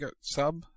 Sub